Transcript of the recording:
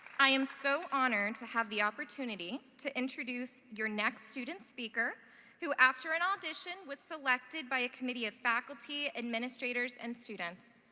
i am so honored to have the opportunity to introduce your next student speaker who, after an audition, was selected by a committee of faculty, administrators, and students.